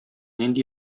нинди